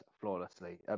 flawlessly